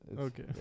Okay